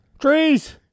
Trees